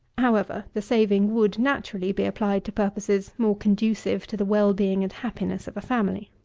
however, the saving would naturally be applied to purposes more conducive to the well-being and happiness of a family.